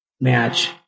match